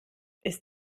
ist